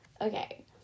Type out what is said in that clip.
Okay